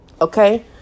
okay